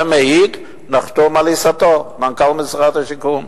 זה הנחתום מעיד על עיסתו, מנכ"ל משרד השיכון.